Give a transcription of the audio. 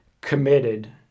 committed